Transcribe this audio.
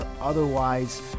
otherwise